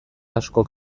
askok